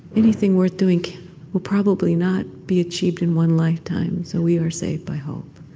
anything worth doing will probably not be achieved in one lifetime. so we are saved by hope.